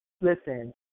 listen